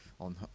On